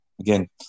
again